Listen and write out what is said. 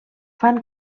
fan